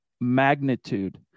magnitude